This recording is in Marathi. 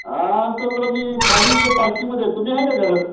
हां सर जरा मी खाली इकडे पार्किंगमध्ये आहे तुम्ही आहे का घरात